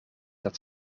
dat